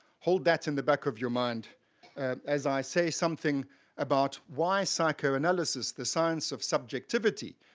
hold that in the back of your mind as i say something about why psychoanalysis, the science of subjectivity,